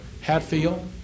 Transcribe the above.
Hatfield